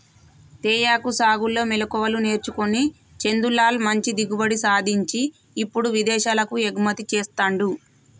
తేయాకు సాగులో మెళుకువలు నేర్చుకొని చందులాల్ మంచి దిగుబడి సాధించి ఇప్పుడు విదేశాలకు ఎగుమతి చెస్తాండు